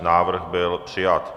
Návrh byl přijat.